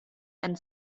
and